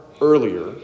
earlier